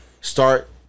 start